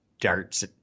darts